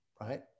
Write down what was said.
right